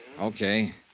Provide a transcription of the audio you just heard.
Okay